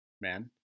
man